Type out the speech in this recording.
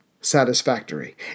satisfactory